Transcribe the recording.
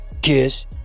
kiss